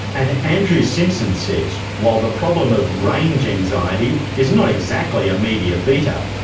and andrew simpson says while the problem of range anxiety is not exactly a media beat up,